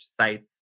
sites